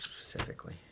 specifically